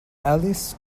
alice